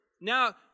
Now